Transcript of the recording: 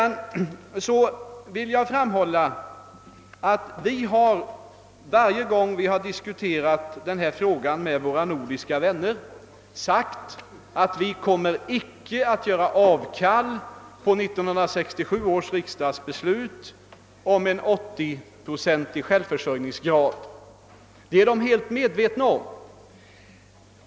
Jag vill framhålla att vi varje gång vi har diskuterat denna fråga med våra nordiska vänner har sagt att vi icke kommer att göra avkall på 1967 års riksdagsbeslut om en 80-procentig självförsörjningsgrad. Det är de helt medvetna om.